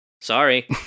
Sorry